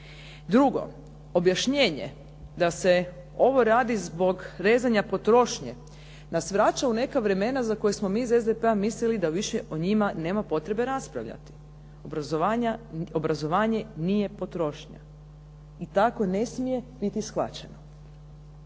Drugo. Objašnjenje da se ovo radi zbog rezanja potrošnje nas vraća u neka vremena za koja smo mi iz SDP-a mislili da više o njima nema potrebe raspravljati. Obrazovanje nije potrošnja. I tako ne smije biti shvaćeno.